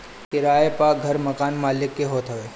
किराए पअ घर मकान मलिक के होत हवे